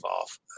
off